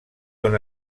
una